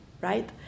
right